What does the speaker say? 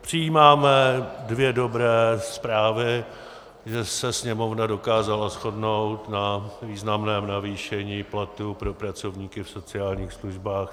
Přijímáme dvě dobré zprávy že se Sněmovna dokázala shodnout na významném navýšení platů pro pracovníky v sociálních službách.